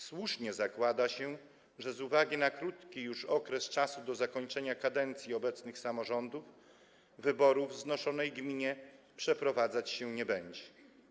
Słusznie zakłada się, że z uwagi na krótki już czas do zakończenia kadencji obecnych samorządów wyborów w znoszonej gminie przeprowadzać się nie będzie.